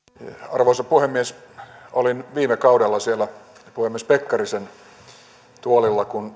arvoisa puhemies olin viime kaudella siellä puhemies pekkarisen tuolilla kun